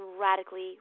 radically